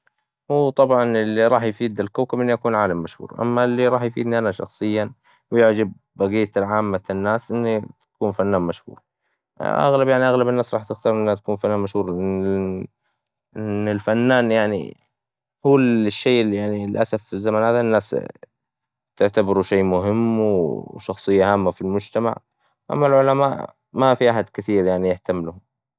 هوا طبعاً إللي هيفيد الكوكب، إني أكون عالم مشهور، أما إللي راح يفيدني أنا شخصياً ويعب بقية العامة الناس، إني تكون فنان مشهور، أغلب يعني أغلب الناس راح تختار انها تكون فنان مشهور، لأن- لإن الفنان يعني، هو الشيء إللي يعني للأسف في الزمن هذا الناس تعتبره شي مهم و شخصية عامة في المجتمع، أما العلماء ما في أحد كثير يعني يهام لهم.